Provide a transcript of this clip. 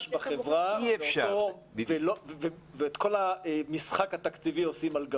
בחברה ואת כל המשחק התקציבי עושים על גבו.